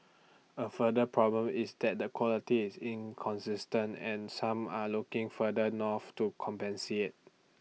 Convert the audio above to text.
A further problem is that the quality is inconsistent and some are looking further north to compensate